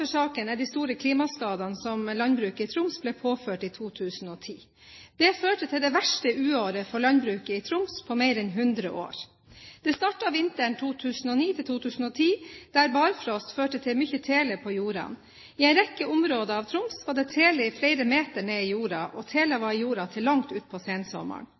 for saken er de store klimaskadene som landbruket i Troms ble påført i 2010. De førte til det verste uåret på mer enn 100 år for landbruket i Troms. Det startet vinteren 2009/2010, da barfrost førte til mye tele i jordene. I en rekke områder av Troms var det tele flere meter ned i jorda, og telen var i jorda til langt ut på sensommeren.